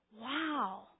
wow